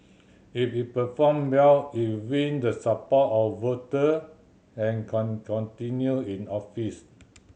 if it perform well it win the support of voter and can continue in office